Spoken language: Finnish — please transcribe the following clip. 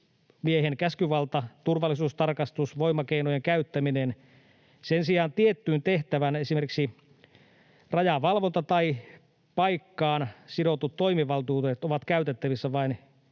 käskyvalta, turvallisuustarkastus ja voimakeinojen käyttäminen. Sen sijaan tiettyyn tehtävään, esimerkiksi rajavalvontaan, ja paikkaan sidotut toimivaltuudet ovat käytettävissä vain